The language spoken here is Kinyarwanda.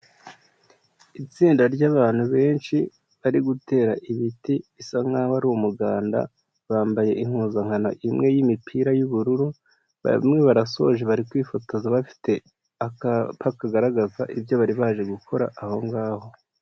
Itsinda ry'abantu benshi bari gutera ibiti bisa nkaho ari umuganda, bambaye impuzankano imwe y'imipira y'ubururu, bamwe barasoje bari kwifotoza bafite akapa kagaragaza ibyo bari baje gukora aho ngaho.